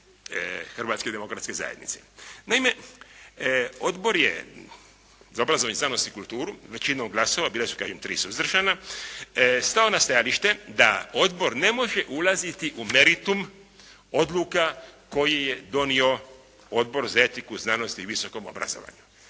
Hrvatske demokratske zajednice. Naime, Odbor za obrazovanje, znanost i kulturu je, bili su kažem tri suzdržana, stao na stajalište da odbor ne može ulaziti u meritum odluka koje je donio Odbor za etiku u znanosti i visokom obrazovanju